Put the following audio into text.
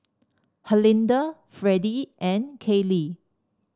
Herlinda Freddie and Caylee